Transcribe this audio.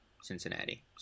Cincinnati